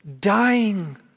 dying